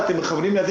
ל"שועל",